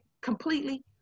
completely